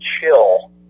chill